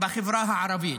בחברה הערבית,